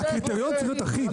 קיבלת זכות דיבור,